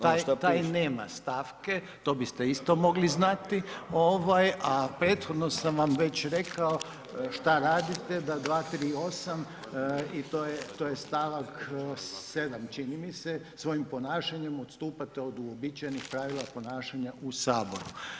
Taj nema stavke, to biste isto mogli znati ovaj, a prethodno sam vam već rekao šta radite da 238. i to je stavak 7. čini mi se, svojim ponašanjem odstupate od uobičajenih pravila ponašanja u saboru.